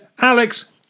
Alex